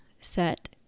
set